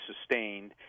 sustained